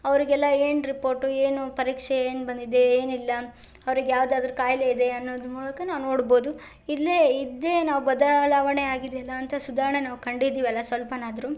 ಅವ್ರಿಗೆಲ್ಲ ಏನು ರಿಪೋರ್ಟು ಏನು ಪರೀಕ್ಷೆ ಏನು ಬಂದಿದೆ ಏನಿಲ್ಲ ಅವ್ರಿಗೆ ಯಾವ್ದಾದರೂ ಖಾಯ್ಲೆ ಇದೆಯಾ ಅನ್ನೋದು ಮೂಲಕ ನಾವು ನೋಡ್ಬೋದು ಇಲ್ಲೇ ಇದ್ದೇ ನಾವು ಬದಲಾವಣೆ ಆಗಿದೆ ಅಲ್ಲಾಂತ ಸುಧಾರಣೆ ನಾವು ಕಂಡಿದೀವಲ್ಲ ಸ್ವಲ್ಪನಾದರೂ